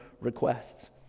requests